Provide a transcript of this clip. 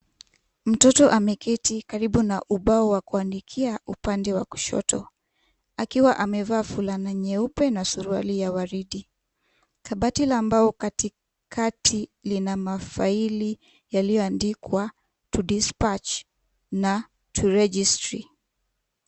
Mtoto ameketi karibu na ubao wa kuandikia upande wa kushoto. Akiwa amevaa fulana nyeupe na suruali ya waridi. Kabati la mbao katikati lina mafaili yaliyo andikwa To dispatch na To registry .